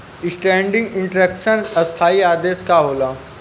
Standing instruction स्थाई आदेश का होला?